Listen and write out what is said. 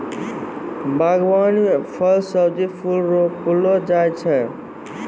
बागवानी मे फल, सब्जी, फूल रौपलो जाय छै